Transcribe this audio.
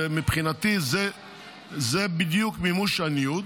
ומבחינתי זה בדיוק מימוש הניוד.